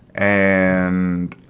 and,